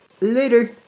Later